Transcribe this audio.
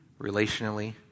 relationally